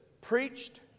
preached